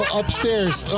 upstairs